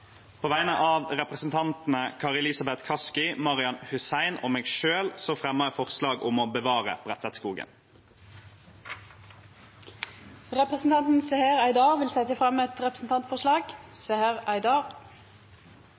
På vegne av representantene Kari Elisabeth Kaski, Marian Hussein og meg selv fremmer jeg forslag om å bevare Bredtvetskogen. Representanten Seher Aydar vil setja fram eit representantforslag.